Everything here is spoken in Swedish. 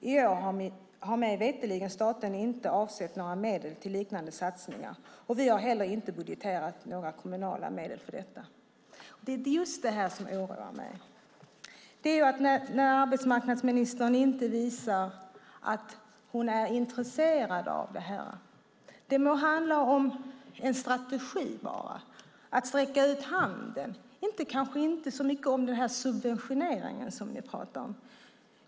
I år har mig veterligen staten inte avsatt några medel för en liknande satsning och vi har heller inte budgeterat några kommunala medel för detta." Det är just detta som oroar mig, när arbetsmarknadsministern inte visar att hon är intresserad av detta. Det må handla om en strategi bara, att sträcka ut handen - kanske inte så mycket om den subventionering vi talar om.